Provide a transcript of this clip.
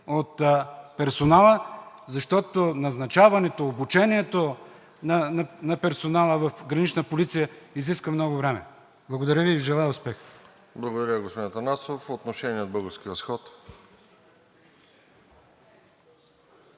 от персонала, защото назначаването и обучението на персонала в Гранична полиция изисква много време. Благодаря Ви и Ви желая успех!